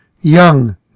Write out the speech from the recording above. young